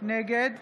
נגד